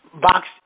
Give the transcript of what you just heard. box